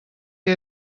que